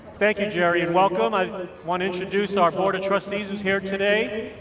thank you, jerry, and welcome. i wanna introduce our board of trustees, who's here today.